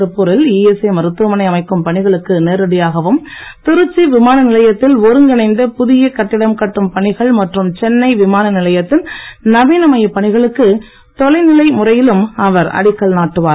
திருப்பூரில் இஎஸ்ஐ மருத்துவமனை அமைக்கும் பணிகளுக்கு நேரடியாகவும் திருச்சி விமான நிலையத்தில் ஒருங்கிணைந்த புதிய கட்டிடம் கட்டும் பணிகள் மற்றும் சென்னை விமான நிலையத்தின் நவீனமயப் பணிகளுக்கு தொலைநிலை முறையிலும் அவர் அடிக்கல் நாட்டுவார்